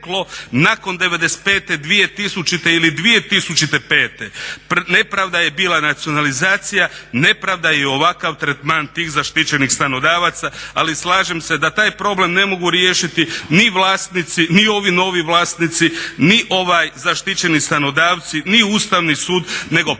nakon '95., 2000. ili 2005.? Nepravda je bila nacionalizacija, nepravda je i ovakav tretman tih zaštićenih stanodavaca. Ali slažem se da taj problem ne mogu riješiti ni vlasnici, ni ovi novi vlasnici, ni zaštićeni stanodavci, ni Ustavni sud, nego problem